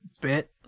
bit